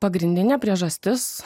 pagrindinė priežastis